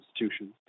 institutions